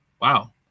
Wow